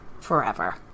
forever